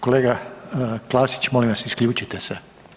Kolega Klasić, molim vas isključite se.